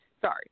sorry